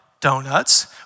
donuts